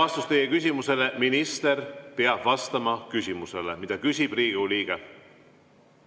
Vastus teie küsimusele: minister peab vastama küsimusele, mida küsib Riigikogu